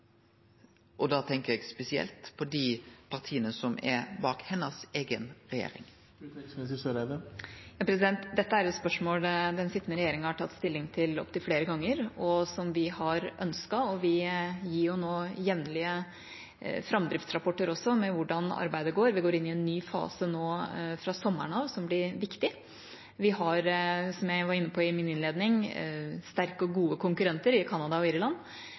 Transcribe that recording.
tryggingsråd? Da tenkjer eg spesielt på dei partia som er med i hennar eiga regjering. Dette er et spørsmål den sittende regjeringa har tatt stilling til opptil flere ganger, og noe som vi har ønsket. Vi gir nå jevnlig framdriftsrapporter om hvordan arbeidet går. Vi går inn i en ny fase fra sommeren av, som blir viktig. Vi har – som jeg var inne på i min innledning – sterke og gode konkurrenter i Canada og Irland.